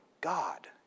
God